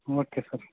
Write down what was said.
okay sir